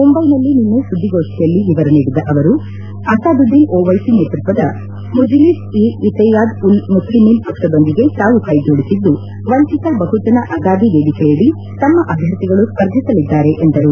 ಮುಂಬೈನಲ್ಲಿ ನಿನ್ನೆ ಸುದ್ದಿಗೋಷ್ಠಿಯಲ್ಲಿ ವಿವರ ನೀಡಿದ ಅವರು ಅಸಾದುದ್ದೀನ್ ಒವೈಸಿ ನೇತೃತ್ವದ ಮಜಿಲಿಸ್ ಇ ಇತೇಯಾದ್ ಉಲ್ ಮುಚ್ಚಮೀನ್ ಪಕ್ಷದೊಂದಿಗೆ ತಾವು ಕೈಜೋಡಿಸಿದ್ದು ವಂಚಿತ ಬಹುಜನ ಅಗಾದಿ ವೇದಿಕೆಯಡಿ ತಮ್ಮ ಅಭ್ಲರ್ಥಿಗಳು ಸ್ವರ್ಧಿಸಲಿದ್ದಾರೆ ಎಂದರು